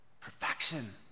Perfection